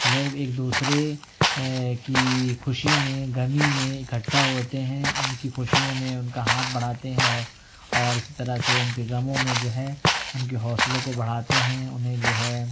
لوگ ایک دوسرے کی خوشی میں غمی میں اکٹھا ہوتے ہیں ان کی خوشیوں میں ان کا ہاتھ بڈھاتے ہیں اور اسی طرح سے ان کے غموں میں جو ہے ان کے حوصلوں کو بڑھاتے ہیں انہیں جو ہے